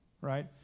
right